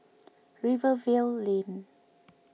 Rivervale Lane